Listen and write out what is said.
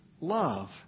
love